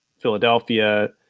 Philadelphia